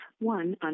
one